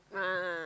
a'ah a'ah